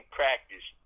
practice